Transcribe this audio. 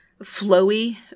flowy